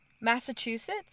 Massachusetts